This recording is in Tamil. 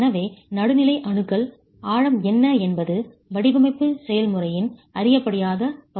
எனவே நடுநிலை அணுகல் ஆழம் என்ன என்பது வடிவமைப்பு செயல்முறையின் அறியப்படாத பகுதியாகும்